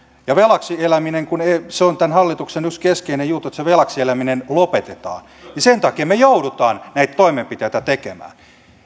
ja velaksi eläminen se on tämän hallituksen yksi keskeinen juttu että se velaksi eläminen lopetetaan ja sen takia me joudumme näitä toimenpiteitä tekemään